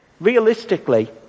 Realistically